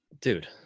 Dude